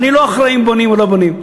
אני לא אחראי אם בונים או לא בונים.